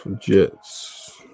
Jets